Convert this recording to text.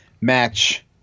match